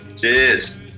Cheers